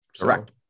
Correct